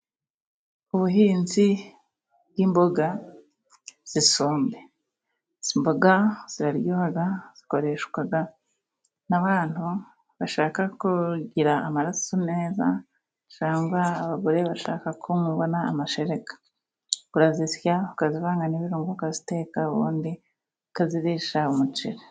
Ubuhinzi bw'imboga z'isombe ,izi mboga ziraryoha zikoreshwa n'abantu bashaka kugira amaraso meza, cyangwa abagore bashakako mubona amashereka, urazisya ukazivanga n'ibirungo ukaziteka ubundi ukazirisha umuceri.